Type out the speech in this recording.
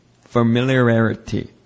Familiarity